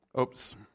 Oops